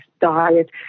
diet